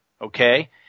Okay